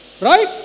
Right